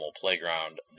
Playground